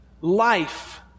life